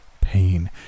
pain